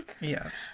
Yes